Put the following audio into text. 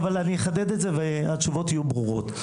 אני אחדד את זה, והתשובות יהיו ברורות.